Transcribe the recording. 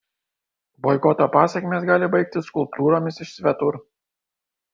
boikoto pasekmės gali baigtis skulptūromis iš svetur